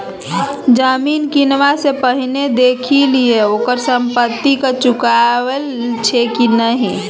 जमीन किनबा सँ पहिने देखि लिहें ओकर संपत्ति कर चुकायल छै कि नहि?